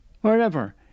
wherever